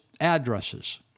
addresses